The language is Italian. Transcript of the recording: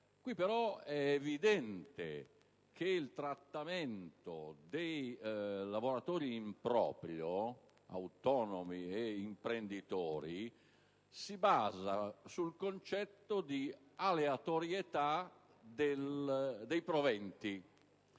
Qui però è evidente che il diverso trattamento dei lavoratori in proprio, autonomi e imprenditori, si basa sul concetto di aleatorietà dei proventi.